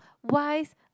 why